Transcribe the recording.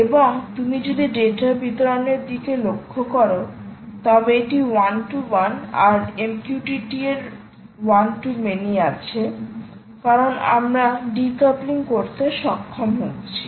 এবং তুমি যদি ডেটা বিতরণের দিকে লক্ষ্য কর তবে এটি ওয়ান টু ওয়ান আর MQTT তে ওয়ান টু মেনি আছে কারণ আমরা ডিকোপলিং করতে সক্ষম হচ্ছি